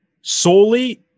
solely